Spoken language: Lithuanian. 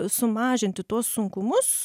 sumažinti tuos sunkumus